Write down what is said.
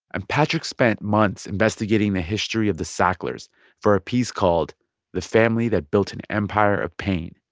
and patrick spent months investigating the history of the sacklers for a piece called the family that built an empire of pain.